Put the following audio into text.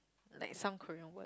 like some Korean words